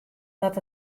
dat